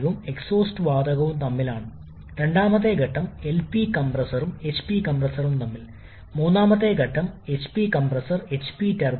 അതിനുശേഷം നമ്മൾക്ക് ഒരു റീഹീറ്റർ ഉണ്ട് അവിടെ ഉയർന്ന താപനിലയിലേക്ക് വീണ്ടും ചൂടാക്കുന്നു